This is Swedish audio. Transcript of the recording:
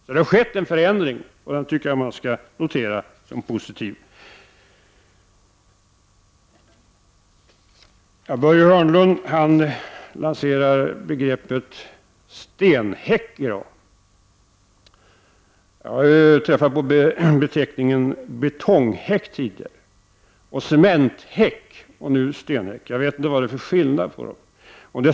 Det har alltså skett en förändring, och den tycker jag att man skall notera som positiv. Börje Hörnlund lanserar begreppet ”stenhäck” i dag. Jag har tidigare träffat på begreppen ”betonghäck” och ”cementhäck” — jag vet inte vari skillnaden ligger.